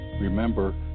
Remember